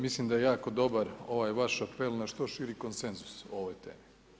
Mislim da je jako dobar ovaj vaš apel na što širi konsenzus o ovoj temi.